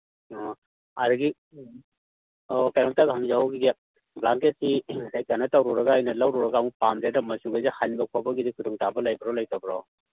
ꯑꯣ ꯑꯗꯒꯤ ꯑꯣ ꯀꯩꯅꯣꯝꯇꯒ ꯍꯪꯖꯍꯧꯒꯤꯒꯦ ꯕ꯭ꯂꯥꯡꯀꯦꯠꯇꯤ ꯀꯩꯅꯣ ꯇꯧꯔꯨꯔꯒ ꯑꯩꯅ ꯂꯧꯔꯨꯔꯒ ꯄꯥꯝꯗꯦꯅ ꯃꯆꯨꯒꯩꯁꯦ ꯍꯟꯕ ꯈꯣꯠꯄꯒꯤꯗꯤ ꯈꯨꯗꯣꯡꯆꯥꯕ ꯂꯩꯕ꯭ꯔꯣ ꯂꯩꯇꯕ꯭ꯔꯣ